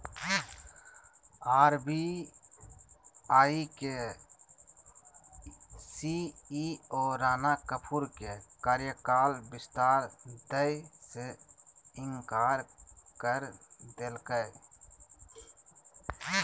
RBI के CEO Rana Kapoor के कार्यकाल विस्तार दय से इंकार कर देलकय